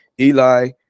Eli